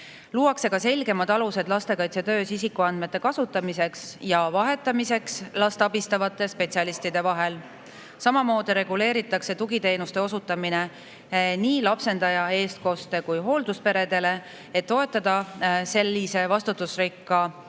Luuakse selgemad alused lastekaitsetöös isikuandmete kasutamiseks ja vahetamiseks last abistavate spetsialistide vahel. Samamoodi reguleeritakse tugiteenuste osutamine nii lapsendaja-, eestkoste- kui hooldusperedele, et toetada sellise vastutusrikka